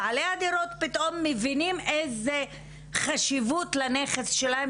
ובעלי הדירות פתאום מבינים איזו חשיבות יש לנכס שלהם